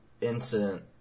incident